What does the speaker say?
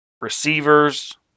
receivers